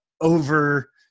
over